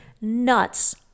nuts